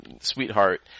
sweetheart